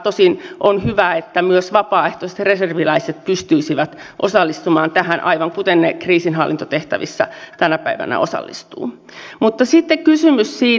tosin on hyvä että myös vapaaehtoiset reserviläiset pystyisivät osallistumaan tähän aivan kuten he kriisinhallintatehtäviin tänä päivänä osallistuvat